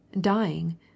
dying